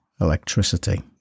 electricity